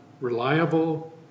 reliable